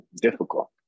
difficult